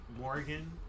Morgan